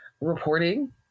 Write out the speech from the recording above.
reporting